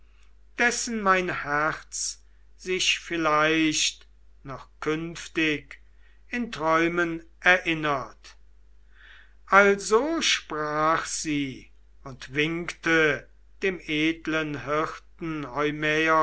dessen mein herz sich vielleicht noch künftig in träumen erinnert also sprach sie und winkte dem edlen hirten